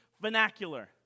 vernacular